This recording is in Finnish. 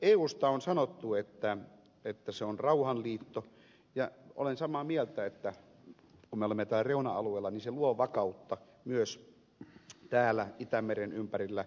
eusta on sanottu että se on rauhanliitto ja olen samaa mieltä että kun me olemme täällä reuna alueella niin se luo vakautta myös täällä itämeren ympärillä